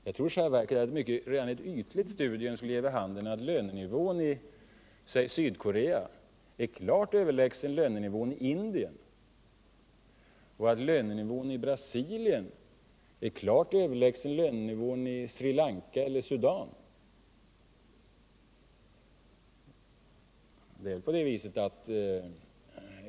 Jag tror att redan ett ytligt studium skulle ge vid handen att lönenivån i säg Sydkorea är klart högre än lönenivån i Indien och att lönenivån i Brasilien ligger klart över lönenivån i Sri Lanka eller Sudan.